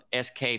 SK